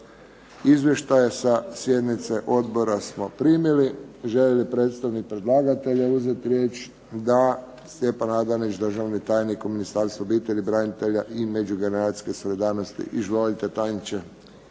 Izvještaje sa sjednice odbora smo primili. Želi li predstavnik predlagatelja uzeti riječ? Da. Stjepan Adanić, državni tajnik u Ministarstvo obitelji, branitelja i međugeneracijske solidarnosti. Izvolite tajniče.